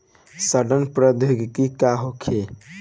सड़न प्रधौगकी का होखे?